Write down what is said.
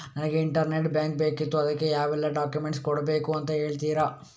ನನಗೆ internet bank ಬೇಕಿತ್ತು ಅದಕ್ಕೆ ಯಾವೆಲ್ಲಾ ಡಾಕ್ಯುಮೆಂಟ್ಸ್ ಕೊಡ್ಬೇಕು ಅಂತ ಹೇಳ್ತಿರಾ?